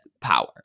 power